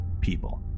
people